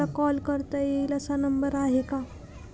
मला कॉल करता येईल असा नंबर आहे का?